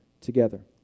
together